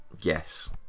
Yes